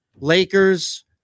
Lakers